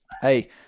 hey